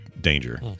danger